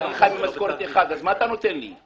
ואני חי ממשכורת אחת אז מה אתה נותן לי?